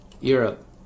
Europe